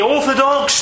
Orthodox